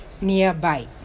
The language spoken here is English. nearby